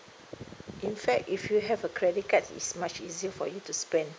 in fact if you have a credit card it's much easier for you to spend